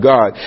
God